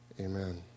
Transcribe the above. amen